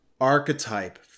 archetype